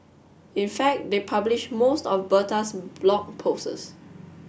in fact they published most of Bertha's blog posts